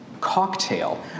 cocktail